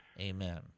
amen